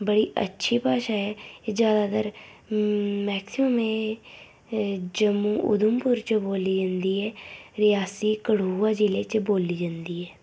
बड़ी अच्छी भाशा ऐ एह् जैदातर मैक्सिमम एह् जम्मू उधमपुर च बोल्ली जंदी ऐ रियासी कठुआ जिले च बोल्ली जंदी ऐ